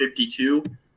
52